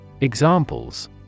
Examples